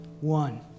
One